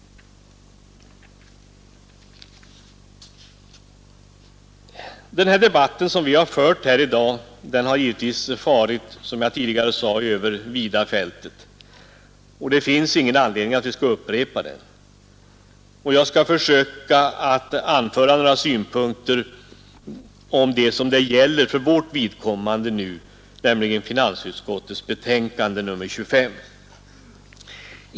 Debatten i dag har, som jag tidigare sade, farit över vida fält, och det finns ingen anledning att upprepa allting. Jag skall försöka anföra några synpunkter på vad det nu gäller för vårt vidkommande, nämligen finansutskottets betänkande nr 25.